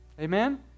Amen